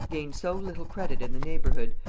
gained so little credit in the neighbourhood,